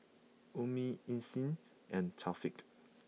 Ummi Isnin and Thaqif